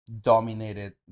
dominated